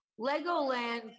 Legoland